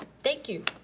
thank you.